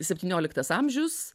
septynioliktas amžius